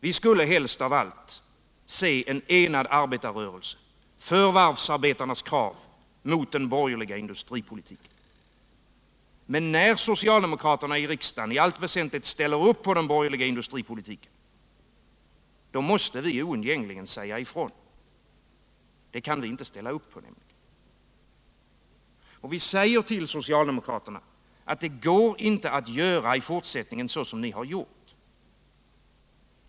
Vi skulle helst av allt se en enad arbetarrörelse för varvsarbetarnas krav mot den borgerliga industripolitiken. Men när socialdemokraterna i riksdagen i allt väsentligt ställer upp på den borgerliga industripolitiken, då måste vi oundgängligen säga ifrån. Vi kan inte ställa upp på detta. Vi säger till socialdemokraterna att det inte går att fortsätta att göra som de gör.